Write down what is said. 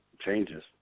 changes